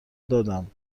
دادم